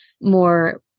more